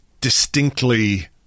distinctly